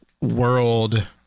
world